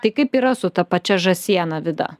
tai kaip yra su ta pačia žąsiena vida